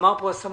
אמר פה הסמנכ"ל,